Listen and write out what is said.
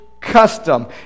custom